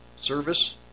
service